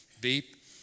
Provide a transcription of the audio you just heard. beep